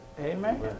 Amen